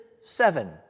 seven